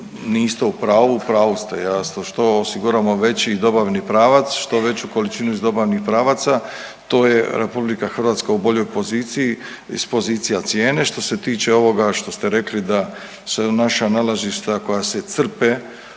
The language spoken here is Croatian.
niste u pravu, u pravu ste jasno, što osiguramo veći dobavni pravac, što veću količinu iz dobavnih pravaca to je RH u boljoj poziciji i s pozicija cijene. Što se tiče ovoga što ste rekli da se naša nalazišta koja se crpe